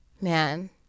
man